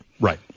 Right